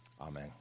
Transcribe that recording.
Amen